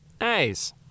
Nice